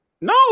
No